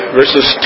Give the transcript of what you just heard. verses